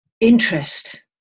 interest